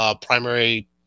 primary